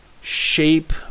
shape